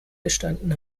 gestanden